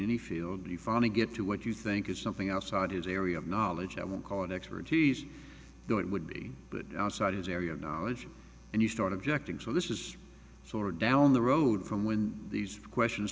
any field be funny get to what you think is something outside his area of knowledge i would call an expertise though it would be outside his area of knowledge and you start objecting so this is sort of down the road from when these questions